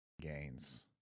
gains